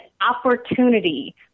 opportunity